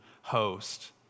host